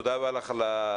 תודה רבה לך על התשובה,